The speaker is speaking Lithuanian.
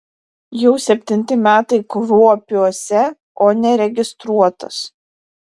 jau septinti metai kruopiuose o neregistruotas